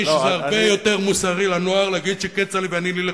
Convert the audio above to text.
שזה הרבה יותר מוסרי לנוער להגיד שכצל'ה ואני נלך